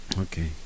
Okay